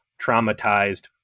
traumatized